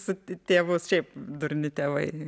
su tėvu šiaip durni tėvai